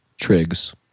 Triggs